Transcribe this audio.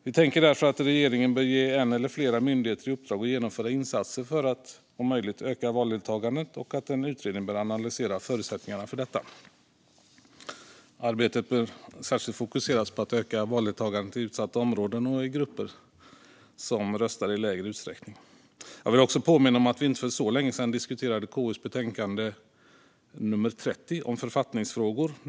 Vi menar därför att regeringen bör ge en eller flera myndigheter i uppdrag att genomföra insatser för att öka valdeltagandet och att en utredning bör analysera förutsättningarna för detta. Arbetet bör särskilt fokusera på att öka valdeltagandet i utsatta områden och i grupper som röstar i mindre utsträckning. Jag vill också påminna om att vi för inte så länge sedan diskuterade KU:s betänkande 30 om författningsfrågor.